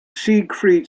siegfried